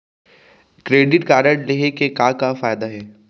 Credit card लेहे के का का फायदा हे?